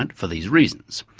and for these reasons.